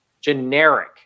generic